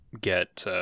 get